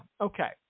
okay